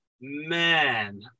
Man